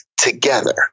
together